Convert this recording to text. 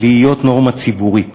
להיות נורמה ציבורית.